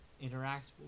interact